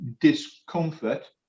discomfort